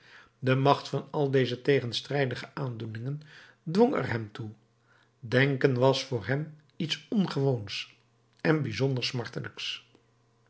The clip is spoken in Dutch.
de macht van al deze tegenstrijdige aandoeningen dwong er hem toe denken was voor hem iets ongewoons en bijzonder smartelijks